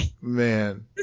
man